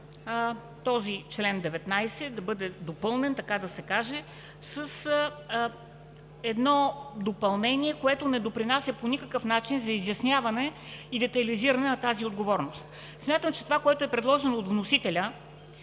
този чл. 19 да бъде допълнен, така да се каже, с едно допълнение, което не допринася по никакъв начин за изясняване и детайлизиране на тази отговорност. Смятам, че това, което е предложено от вносителя,